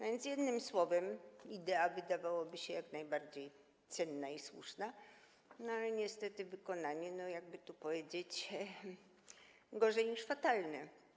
A więc, jednym słowem, idea, wydawałoby się, jak najbardziej cenna i słuszna, ale niestety wykonanie, jak by tu powiedzieć, gorzej niż fatalne.